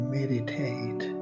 meditate